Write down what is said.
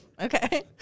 Okay